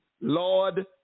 Lord